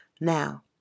Now